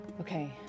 Okay